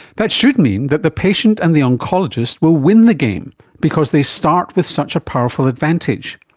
that should mean that the patient and the oncologist will win the game because they start with such a powerful advantage.